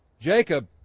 Jacob